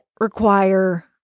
require